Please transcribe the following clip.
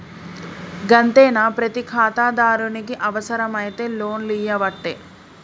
గంతేనా, ప్రతి ఖాతాదారునికి అవుసరమైతే లోన్లియ్యవట్టే